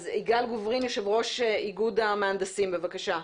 יגאל גוברין, יושב-ראש איגוד המהנדסים, בבקשה.